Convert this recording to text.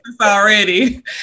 already